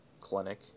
clinic